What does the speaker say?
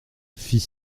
fit